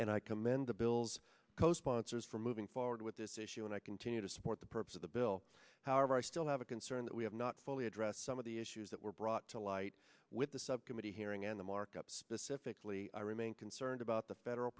and i commend the bill's co sponsors for moving forward with this issue and i continue to support the purpose of the bill however i still have a concern that we have not fully addressed some of the issues that were brought to light with the subcommittee hearing and the markup specifically i remain concerned about the federal